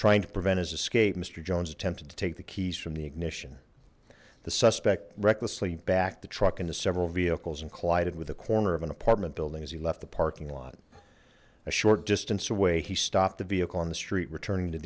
trying to prevent his escape mister jones attempted to take the keys from the ignition the suspect recklessly backed the truck into several vehicles and collided with the corner of an apartment building as he left the parking lot a short distance away he stopped the vehicle on the street returning to